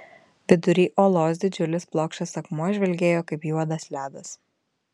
vidury olos didžiulis plokščias akmuo žvilgėjo kaip juodas ledas